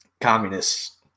Communists